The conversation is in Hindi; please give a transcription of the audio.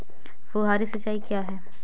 फुहारी सिंचाई क्या है?